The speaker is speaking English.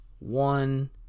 One